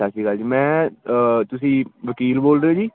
ਸਤਿ ਸ਼੍ਰੀ ਅਕਾਲ ਜੀ ਮੈਂ ਤੁਸੀਂ ਵਕੀਲ ਬੋਲ ਰਹੇ ਹੋ ਜੀ